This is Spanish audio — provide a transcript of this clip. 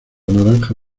naranja